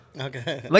Okay